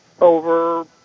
Over